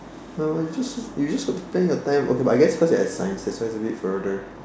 no you just you just got to plan your time okay but I guess you're at science so it's a bit further